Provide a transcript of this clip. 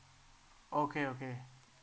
okay okay